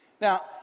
Now